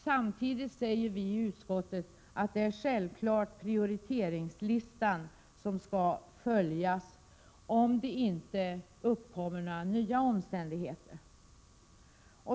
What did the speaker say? Samtidigt säger vi att det självfallet är prioriteringslistan som skall följas, om det inte uppkommer några nya omständigheter.